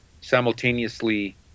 simultaneously